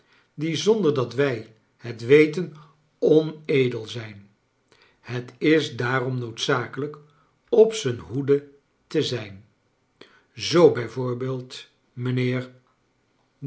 die zonder dat wij het weten onedel zijn het is daarom noodzakelijk op zijn hoede te zijn zoo